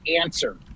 answer